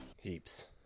heaps